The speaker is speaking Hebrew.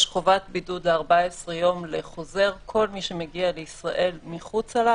יש חובת בידוד ל-14 יום לחוזר - כל מי שמגיע לישראל מחוצה לה,